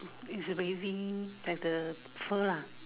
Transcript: it's a baby at the fur lah